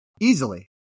easily